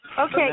Okay